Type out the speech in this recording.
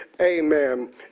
Amen